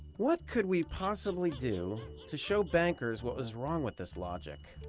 what could we possibly do to show bankers what was wrong with this logic?